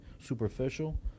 superficial